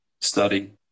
study